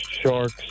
sharks